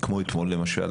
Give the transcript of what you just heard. כמו אתמול למשל,